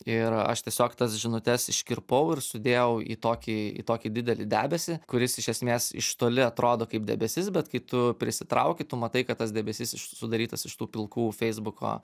ir aš tiesiog tas žinutes iškirpau ir sudėjau į tokį į tokį didelį debesį kuris iš esmės iš toli atrodo kaip debesis bet kai tu prisitrauki tu matai kad tas debesis sudarytas iš tų pilkų feisbuko